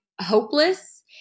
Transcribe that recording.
hopeless